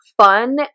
fun